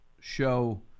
show